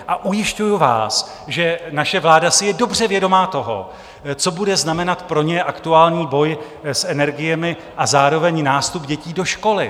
A ujišťuji vás, že naše vláda si je dobře vědoma toho, co bude znamenat pro ně aktuální boj s energiemi a zároveň nástup dětí do školy.